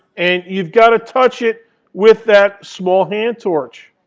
and you've got to touch it with that small hand torch.